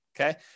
okay